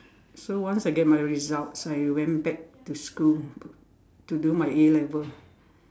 so once I get my results I went back to school to do my A-level